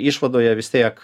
išvadoje vis tiek